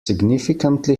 significantly